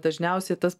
dažniausiai tas